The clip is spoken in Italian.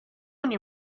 ogni